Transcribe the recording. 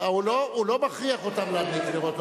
הוא לא מכריח אותם להדליק נרות,